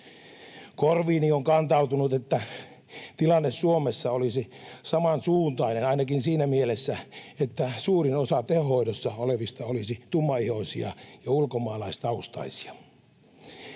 Korviini on kantautunut, että tilanne Suomessa olisi samansuuntainen ainakin siinä mielessä, että suurin osa tehohoidossa olevista olisi tummaihoisia ja ulkomaalaistaustaisia.